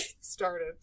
started